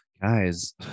guys